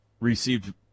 received